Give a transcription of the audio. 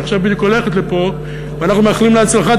שעכשיו בדיוק הולכת פה ואנחנו מאחלים לה הצלחה,